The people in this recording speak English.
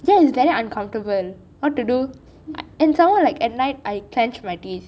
that is very uncomfortable what to do and more like at night I clench my teeth